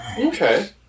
Okay